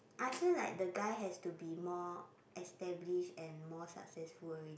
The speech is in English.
I feel like the guy has to be more established and more successful already